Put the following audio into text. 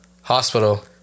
hospital